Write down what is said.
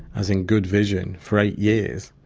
as in good vision, for eight years.